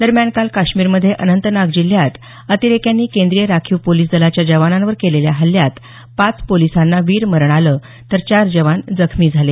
दरम्यान काल काश्मीर मध्ये अनंतनाग जिल्ह्यात अतिरेक्यांनी केंद्रीय राखीव पोलिस दलाच्या जवानांवर केलेल्या हल्ल्यात पाच पोलिसांना वीरमरण आलं तर चार जवान जखमी झाले